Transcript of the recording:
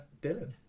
Dylan